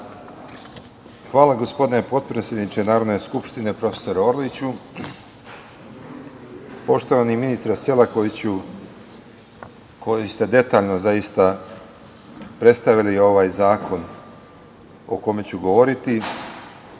Hvala, gospodine potpredsedniče Narodne skupštine, profesore Orliću. Poštovani ministre Selakoviću, koji ste detaljno zaista predstavili ovaj zakon o kome ću govoriti,